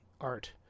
art